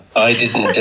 i didn't